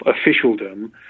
officialdom